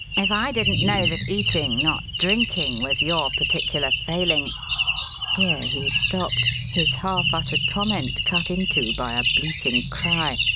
if i didn't know that eating, not drinking, was your particular failing here he stopped, his half-uttered comment cut into by a bleating cry,